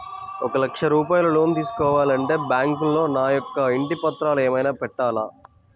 ఒక లక్ష రూపాయలు లోన్ తీసుకోవాలి అంటే బ్యాంకులో నా యొక్క ఇంటి పత్రాలు ఏమైనా పెట్టాలా?